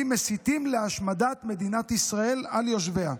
מסיתים להשמדת מדינת ישראל על יושביה.